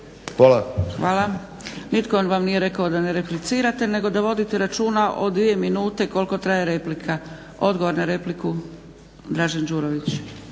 (SDP)** Hvala. Nitko vam nije rekao da ne replicirate nego da vodite računa o dvije minute koliko traje replika. Odgovor na repliku Dražen Đurović.